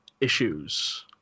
Issues